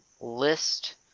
list